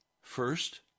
First